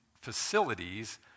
facilities